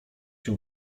się